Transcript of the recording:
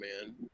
man